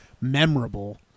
memorable